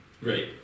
right